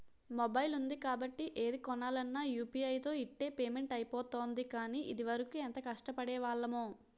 mobile ఉంది కాబట్టి ఏది కొనాలన్నా యూ.పి.ఐ తో ఇట్టే పేమెంట్ అయిపోతోంది కానీ, ఇదివరకు ఎంత కష్టపడేవాళ్లమో